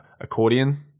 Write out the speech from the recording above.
accordion